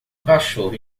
cachorro